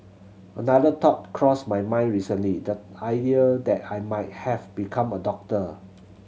another thought crossed my mind recently that idea that I might have become a doctor